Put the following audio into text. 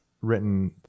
written